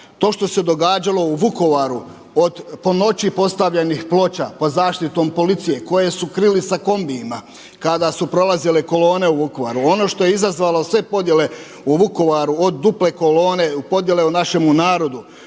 To što se događalo u Vukovaru od po noći postavljenih ploča pod zaštitom policije koje su krili sa kombijima kada su prolazile kolone u Vukovaru. Ono što je izazvalo sve podjele u Vukovaru od duple kolone, podjele u našemu narodu